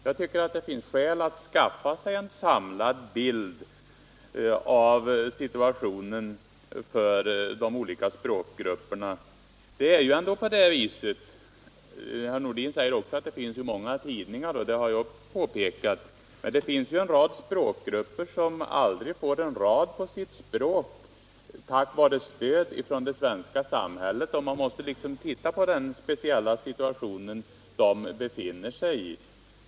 Jag tycker att det finns skäl att skaffa sig en samlad bild av de olika språkgruppernas situation. Herr Nordin säger att det finns många invandrartidningar, och det har jag också påpekat. Men det finns en rad språkgrupper som inte får något samhällsstöd för utgivning av sina tidningar. Vi måste titta på den speciella situation som de befinner sig i.